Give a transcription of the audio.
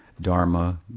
dharma